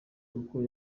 uko